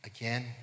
again